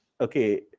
Okay